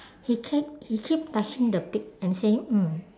he keep he keep touching the pig and say mm